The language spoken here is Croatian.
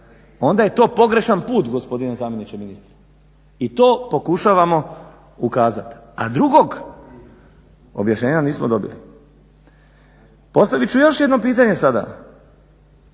onda je to pogrešan put gospodine zamjeniče ministra i to pokušavamo ukazat, a drugog objašnjenja nismo dobili. Postavit ću još jedno pitanje sada.